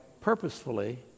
purposefully